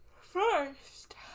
first